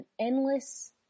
endless